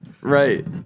Right